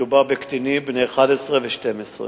מדובר בקטינים בני 11 ו-12.